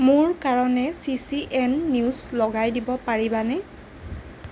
মোৰ কাৰণে C C N news লগাই দিব পাৰিবানে